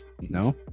No